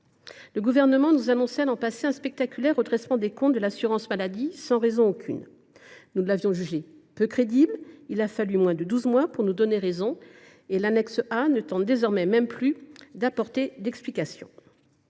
Le Gouvernement nous annonçait l’an passé un spectaculaire redressement des comptes de l’assurance maladie, sans raison aucune. Nous avions jugé cette annonce peu crédible : il a fallu moins de douze mois pour nous donner raison et l’annexe A ne tente désormais même plus de fournir des explications.